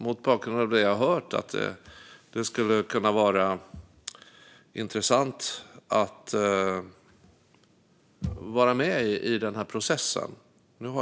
Mot bakgrund av det jag har hört skulle det kunna vara intressant att vara med i denna process.